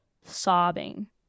sobbing